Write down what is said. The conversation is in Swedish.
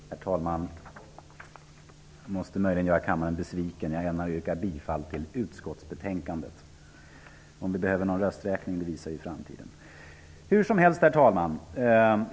Herr talman! Jag gör möjligen kammaren besviken. Jag ämnar yrka bifall till utskottets hemställan. Om vi behöver gå till rösträkning kommer framtiden att utvisa. Herr talman!